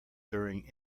during